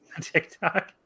TikTok